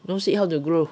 no seed how to grow